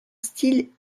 style